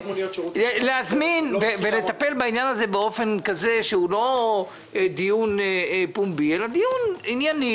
נטפל בעניין לא בדיון פומבי אלא דיון ענייני,